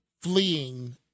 fleeing